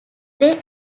they